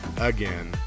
again